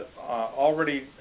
already